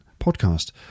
podcast